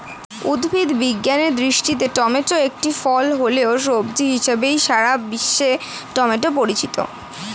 উদ্ভিদ বিজ্ঞানের দৃষ্টিতে টমেটো একটি ফল হলেও, সবজি হিসেবেই সারা বিশ্বে টমেটো পরিচিত